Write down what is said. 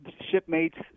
shipmates